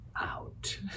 out